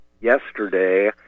yesterday